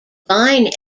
line